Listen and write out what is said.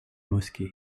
mosquée